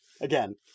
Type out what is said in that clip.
again